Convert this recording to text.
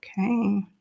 Okay